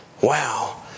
Wow